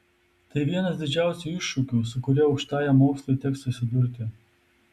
tai vienas didžiausių iššūkių su kuriuo aukštajam mokslui teks susidurti